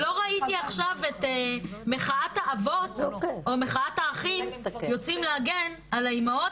לא ראיתי עכשיו את מחאת האבות או מחאת האחים יוצאים להגן על האימהות,